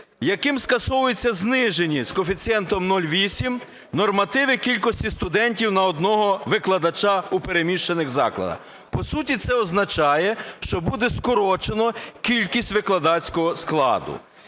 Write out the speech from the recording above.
яким скасовується знижені з коефіцієнтом 0,8 нормативи кількості студентів на одного викладача у переміщених закладах. По суті це означає, що буде скорочено кількість викладацького складу.